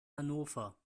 hannover